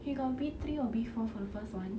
he got B three or B four for the first one